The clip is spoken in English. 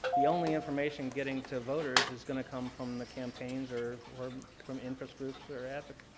the only information getting to voters is going to come from the campaigns or or from interest groups or advocates.